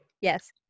Yes